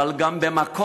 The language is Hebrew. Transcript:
אבל גם במקום